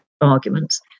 arguments